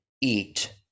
eat